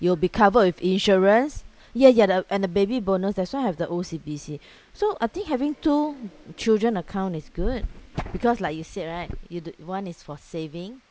you will be covered with insurance ya ya the and the baby bonus that's why I have the O_C_B_C so I think having two children account is good because like you said right you do~ one is for saving